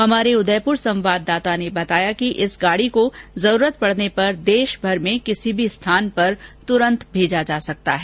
हमारे उदयपुर संवाददाता ने बताया कि इस गाड़ी की जरूरत पड़ने पर देशभर में किसी भी स्थान पर तुरंत भेजा जा सकता है